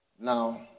Now